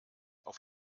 auf